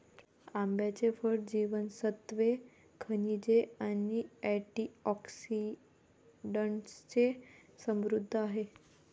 आंब्याचे फळ जीवनसत्त्वे, खनिजे आणि अँटिऑक्सिडंट्सने समृद्ध आहे